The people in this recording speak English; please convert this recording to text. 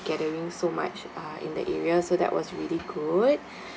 gathering so much uh in the area so that was really good